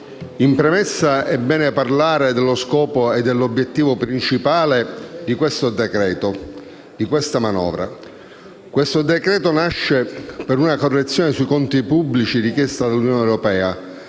in premessa è bene parlare dello scopo e dell'obiettivo principale del decreto-legge in esame: esso nasce per una correzione sui conti pubblici richiesta dall'Unione europea,